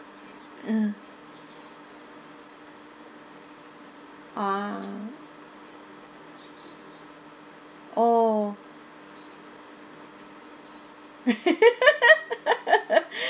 uh ah oh